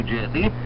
Jersey